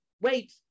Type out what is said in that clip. wait